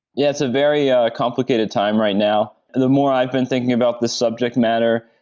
yeah, it's a very ah complicated time right now. the more i've been thinking about this subject matter,